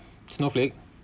snowflake